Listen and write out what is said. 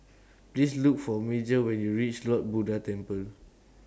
Please Look For Major when YOU REACH Lord Buddha Temple